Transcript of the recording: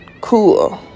cool